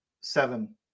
seven